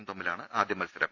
യും തമ്മിലാണ് ആദ്യ മത്സ രം